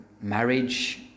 marriage